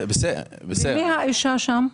ומי האישה שם?